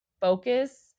focus